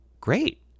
great